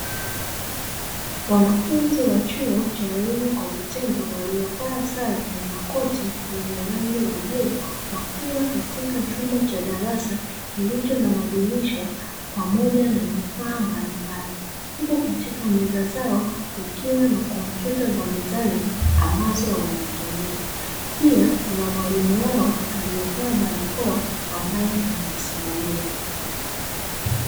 Mwanafunzi wa chuo cha elimu kwa vitendo waliovaa sare ya makoti yenye rangi ya bluu wakiwa katika chumba cha darasa kilicho na madirisha pamoja na vifaa mbalimbali, huku katika meza zao kukiwa na kompyuta za mezani ambazo wanazitumia pia kuna mwalimu wao aliyevaa barakoa anawasimamia.